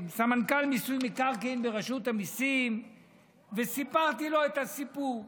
לסמנכ"ל מיסוי מקרקעין ברשות המיסים וסיפרתי לו את הסיפור.